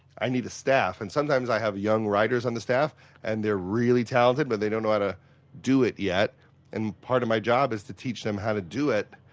i need a staff. and sometimes i have young writers on the staff and they're really talented, but they don't know how to do it yet and part of my job is to teach them how to do it.